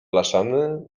blaszany